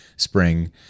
Spring